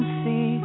see